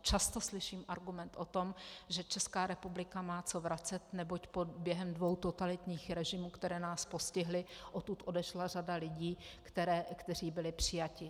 Často slyším argument o tom, že Česká republika má co vracet, neboť během dvou totalitních režimů, které nás postihly, odtud odešla řada lidí, kteří byli přijati.